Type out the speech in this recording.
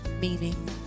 meaning